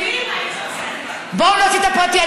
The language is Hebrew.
הייתי עושה את זה, בואו נוציא את הפרטי.